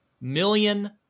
million